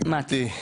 בבקשה מטי.